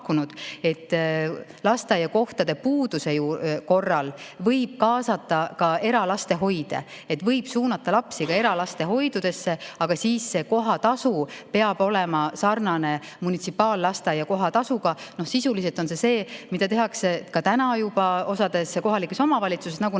et lasteaiakohtade puuduse korral võib kaasata ka eralastehoide, võib suunata lapsi ka eralastehoidudesse, aga siis peab kohatasu olema sarnane munitsipaallasteaia kohatasuga. Sisuliselt on see see, mida tehakse juba praegu osas kohalikes omavalitsustes,